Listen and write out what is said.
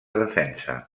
defensa